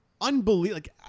Unbelievable